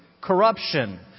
corruption